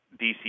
DC